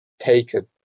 taken